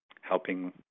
helping